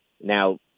Now